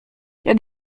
jak